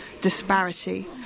disparity